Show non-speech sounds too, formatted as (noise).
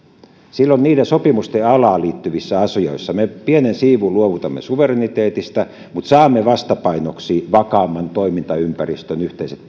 silloin niiden sopimusten alaan liittyvissä asioissa me pienen siivun luovutamme suvereniteetista mutta saamme vastapainoksi vakaamman toimintaympäristön ja yhteiset (unintelligible)